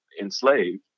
enslaved